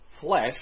flesh